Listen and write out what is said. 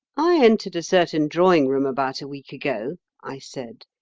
i entered a certain drawing-room about a week ago, i said.